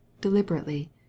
deliberately